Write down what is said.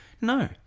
no